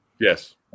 Yes